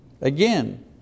Again